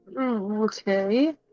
Okay